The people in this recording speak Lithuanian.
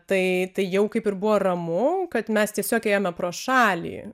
tai tai jau kaip ir buvo ramu kad mes tiesiog ėjome pro šalį